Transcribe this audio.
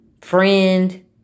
friend